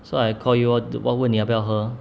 so I call you orh what 问你要不要喝